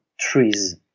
Trees